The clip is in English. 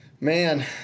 Man